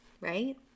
right